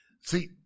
See